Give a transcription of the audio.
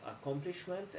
accomplishment